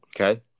Okay